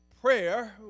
prayer